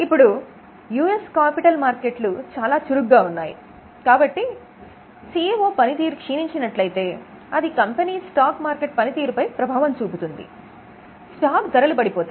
ఇప్పుడు యుఎస్ లో క్యాపిటల్ మార్కెట్లు చాలా చురుకుగా ఉన్నాయి కాబట్టి సిఇఒ పనితీరు క్షీణించినట్లయితే అది కంపెనీ స్టాక్ మార్కెట్ పనితీరుపై ప్రభావం చూపుతుంది స్టాక్ ధరలు పడిపోతాయి